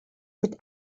mit